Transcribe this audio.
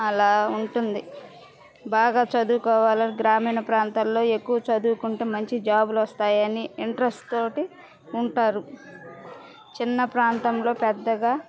అలా ఉంటుంది బాగా చదువుకోవాలి గ్రామీణ ప్రాంతాల్లో ఎక్కువ చదువుకుంటే మంచి జాబులు వస్తాయని ఇంట్రెస్ట్తో ఉంటారు చిన్న ప్రాంతంలో పెద్దగా